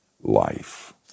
life